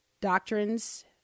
doctrines